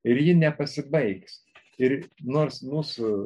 ir ji nepasibaigs ir nors mūsų